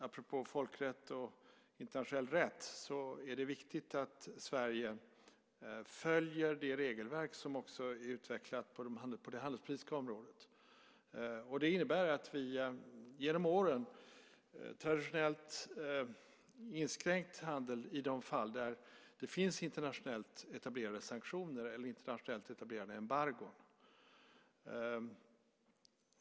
Apropå folkrätt och internationell rätt är det viktigt att Sverige följer det regelverk som är utvecklat på det handelspolitiska området. Det innebär att vi genom åren traditionellt har inskränkt handel i de fall där det finns internationellt etablerade sanktioner eller internationellt etablerade embargon.